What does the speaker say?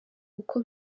uko